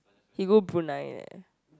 he go Brunei eh